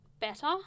better